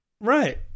Right